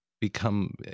become